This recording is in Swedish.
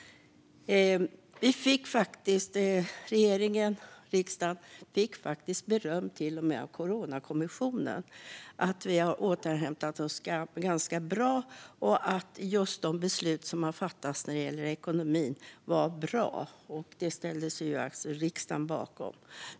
Regeringen och riksdagen fick faktiskt beröm av Coronakommissionen för att Sverige har återhämtat sig ganska bra och för att de ekonomiska beslut som fattades var bra.